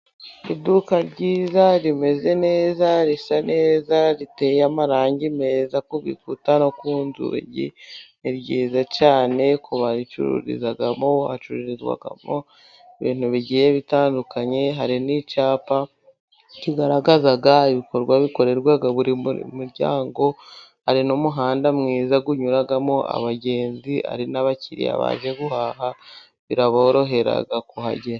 Iduka ryiza rimeze neza, risa neza, riteye amarangi meza ku bikuta no ku nzugi, ni ryiza cyane ku bayicururizamo, bacururizwamo ibintu bigiye bitandukanye, hari n'icyapa kigaragaza ibikorwa bikorerwaga muri buri muryango, hari n'umuhanda mwiza unyuramo abagenzi, hari n'abakiriya baje guhaha biraborohera kuhagera.